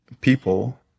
people